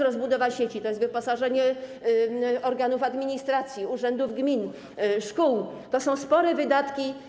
Rozbudowa sieci, wyposażenie organów administracji, urzędów gmin, szkół - to są spore wydatki.